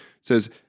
says